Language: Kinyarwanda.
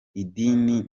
idini